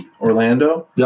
Orlando